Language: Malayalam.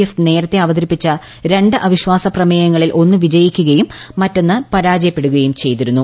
എഫ് നേരെത്തെ അവതരിപ്പിച്ച രണ്ടു അവിശ്വാസ പ്രമേയങ്ങളിൽ ഒന്ന് വിജയിക്കുകയും മറ്റൊന്ന് പരാജയപ്പെടുകയും ചെയ്തിരുന്നു